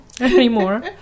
anymore